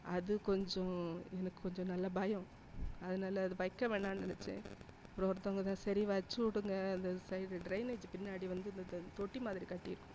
அது கொஞ்சம் எனக்கு கொஞ்சம் நல்ல பயம் அதனால் அது வைக்க வேணான்னு நினைச்சேன் அப்புறம் ஒருத்தவங்க தான் சரி வச்சுவிடுங்க அந்த சைடு ட்ரைனேஜ் பின்னாடி வந்த இந்த இது தொட்டி மாதிரி கட்டிருக்கோம்